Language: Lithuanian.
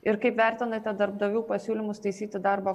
ir kaip vertinate darbdavių pasiūlymus taisyti darbo